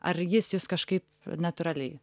ar jis jus kažkaip natūraliai